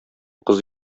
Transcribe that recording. кыз